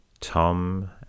Tom